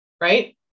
right